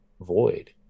void